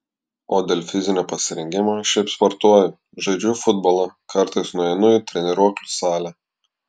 o dėl fizinio pasirengimo šiaip sportuoju žaidžiu futbolą kartais nueinu į treniruoklių salę